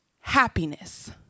happiness